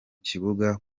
kibuga